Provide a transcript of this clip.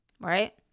Right